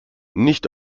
nicht